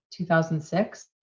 2006